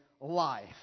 life